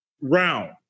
round